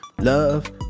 love